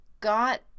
got